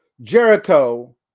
Jericho